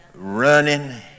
Running